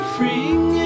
Freeing